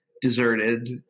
deserted